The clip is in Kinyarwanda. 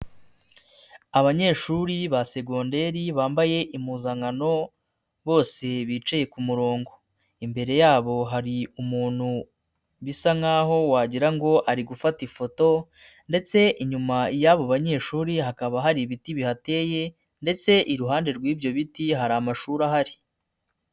Abanyeshuri ba segonderi bambaye impuzankano bose bicaye ku murongo. Imbere yabo hari umuntu bisa nkaho wagira ngo ari gufata ifoto ndetse inyuma y'abo banyeshuri hakaba hari ibiti bihateye ndetse iruhande rw'ibyo biti hari amashuri ahari.